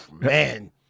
man